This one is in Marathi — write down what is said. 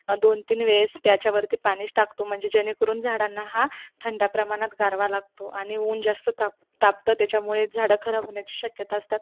दोनतीन वेळेस त्याच्यावरती पाणीच टाकतो म्हणजे जेणेकरून झाडांना हा थंडा प्रमाणात गारवा लागतो आणि ऊन जास्त ताप तापतं त्याच्यामुळे झाडं खराब होण्याची शक्यता असतात